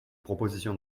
proposition